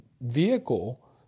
vehicle